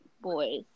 Boys